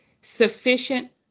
sufficient